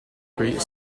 create